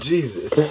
Jesus